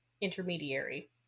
intermediary